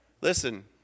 Listen